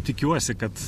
tikiuosi kad